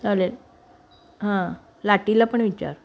चालेल हां लाटीला पण विचार